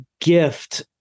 gift